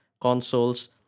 consoles